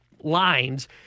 lines